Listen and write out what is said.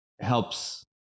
helps